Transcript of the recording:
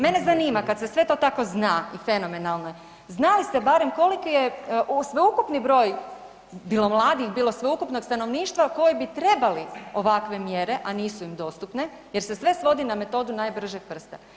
Mene zanima kad se sve to tako zna i fenomenalno je, znali ste barem koliki je sveukupni broj bilo mladih, bilo sveukupnog stanovništva koji bi trebali ovakve mjere, a nisu im dostupne jer se svodi na metodu najbržeg prsta.